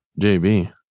JB